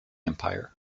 empire